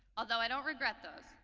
although i don't regret those.